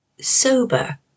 Sober